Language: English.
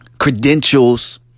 credentials